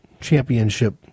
championship